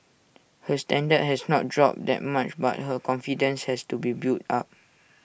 her standard has not dropped that much but her confidence has to be built up